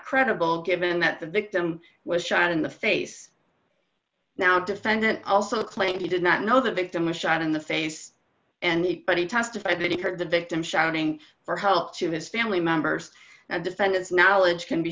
credible given that the victim was shot in the face now defendant also claimed he did not know the victim was shot in the face and he but he testified that he heard the victim shouting for help to his family members and defendants knowledge can be